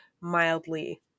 mildly